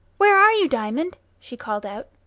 where are you, diamond? she called out.